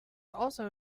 also